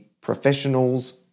professionals